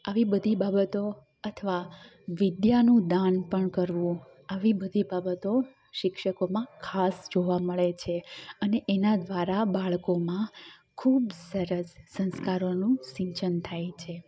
આવી બધી બાબતો અથવા વિદ્યાનું દાન પણ કરવું આવી બધી બાબતો શિક્ષકોમાં ખાસ જોવા મળે છે અને એના દ્વારા બાળકોમાં ખૂબ સરસ સંસ્કારોનું સિંચન થાય છે